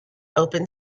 open